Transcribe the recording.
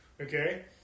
okay